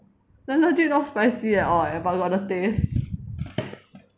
then legit not spicy at all leh but got the taste